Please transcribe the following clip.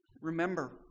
Remember